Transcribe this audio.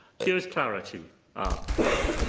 here is clarity for you.